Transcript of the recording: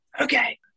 Okay